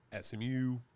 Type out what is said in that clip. SMU